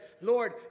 Lord